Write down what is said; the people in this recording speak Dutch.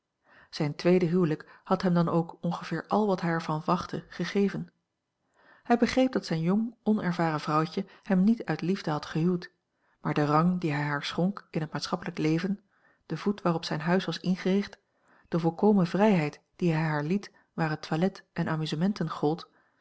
zijn tweede huwelijk had hem dan ook ongeveer al wat hij er van wachtte gegeven hij begreep dat zijn jong onervaren vrouwtje hem niet uit liefde had gehuwd maar de rang dien hij haar schonk in het maatschappelijk leven de voet waarop zijn huis was ingericht de volkomen vrijheid die hij haar liet waar het toilet en amusementen gold